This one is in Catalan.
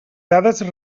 dades